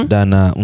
Dana